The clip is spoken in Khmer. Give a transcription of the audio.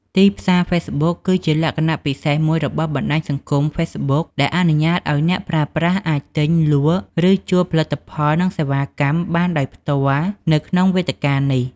ទីផ្សារហ្វេសប៊ុក គឺជាលក្ខណៈពិសេសមួយរបស់បណ្តាញសង្គមហ្វេសប៊ុក ដែលអនុញ្ញាតឱ្យអ្នកប្រើប្រាស់អាចទិញ លក់ ឬជួលផលិតផលនិងសេវាកម្មបានដោយផ្ទាល់នៅក្នុងវេទិកានេះ។